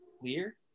clear